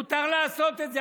מותר לעשות את זה,